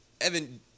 Evan